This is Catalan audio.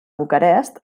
bucarest